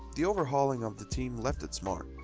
the overhauling of the team left its mark.